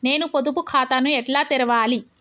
నేను పొదుపు ఖాతాను ఎట్లా తెరవాలి?